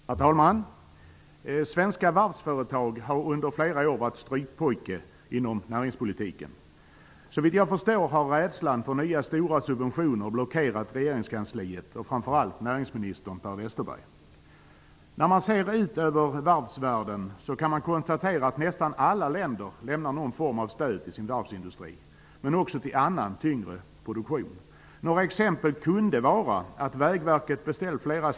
Herr talman! Svenska varvsföretag har under flera år varit strykpojke inom näringspolitiken. Såvitt jag förstår har rädslan för nya stora subventioner blockerat regeringskansliet och framför allt näringsminister Per Westerberg. Några exempel som jag kan anföra är att Vägverket med statliga subventioner beställt flera stålbroar i Norge och Finland. Och för att ta ett exempel från fartygssektorn kan jag nämna att en vägverksfärja faktiskt har beställts i Egypten.